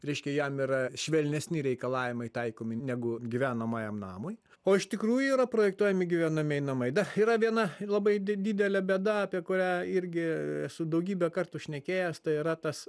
reiškia jam yra švelnesni reikalavimai taikomi negu gyvenamajam namui o iš tikrųjų yra projektuojami gyvenamieji namai dar yra viena labai di didelė bėda apie kurią irgi esu daugybę kartų šnekėjęs tai yra tas